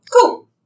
Cool